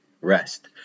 rest